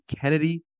Kennedy